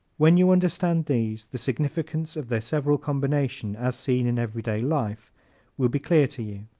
when you understand these, the significance of their several combinations as seen in everyday life will be clear to you.